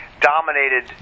dominated